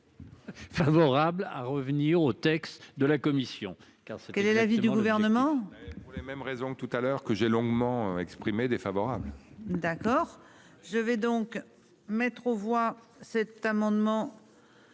Favorable à revenir au texte de la commission car ce qu'elle est l'avis du gouvernement. Les mêmes raisons, tout à l'heure que j'ai longuement exprimé défavorable. D'accord. Je vais donc mettre aux voix cet amendement.